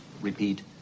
repeat